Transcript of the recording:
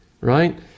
right